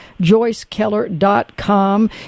JoyceKeller.com